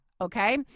Okay